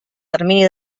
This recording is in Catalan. termini